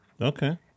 okay